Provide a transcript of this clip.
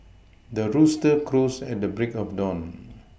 the rooster crows at the break of dawn